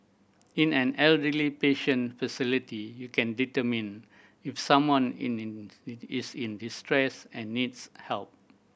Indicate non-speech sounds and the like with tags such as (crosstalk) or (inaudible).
in an elderly patient facility you can determine if someone in (unintelligible) it is in distress and needs help